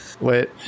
Wait